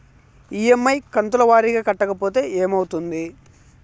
EMI కంతుల వారీగా కట్టకపోతే ఏమవుతుంది?